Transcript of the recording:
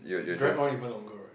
drag on even longer right